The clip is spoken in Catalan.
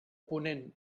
ponent